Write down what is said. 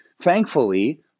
thankfully